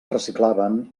reciclaven